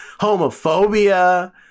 homophobia